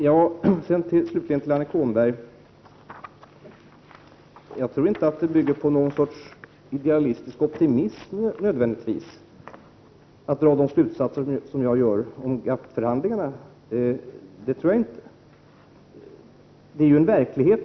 Till slut till Annika Åhnberg: Jag tror inte att det nödvändigtvis är någon sorts idealistisk optimism att dra de slutsatser som jag gör om GATT förhandlingarna.